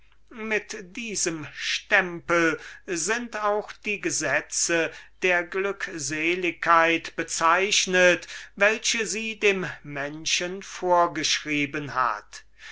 mit diesem stempel sind auch die gesetze der glückseligkeit bezeichnet die sie dem menschen vorgeschrieben hat